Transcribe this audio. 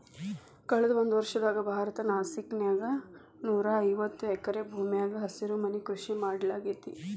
ಕಳದ ಒಂದ್ವರ್ಷದಾಗ ಭಾರತದ ನಾಸಿಕ್ ನ್ಯಾಗ ನೂರಾಐವತ್ತ ಎಕರೆ ಭೂಮ್ಯಾಗ ಹಸಿರುಮನಿ ಕೃಷಿ ಮಾಡ್ಲಾಗೇತಿ